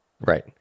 Right